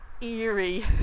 eerie